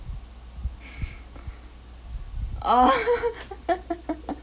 oh